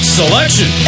selection